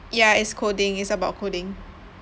ya it's coding it's about coding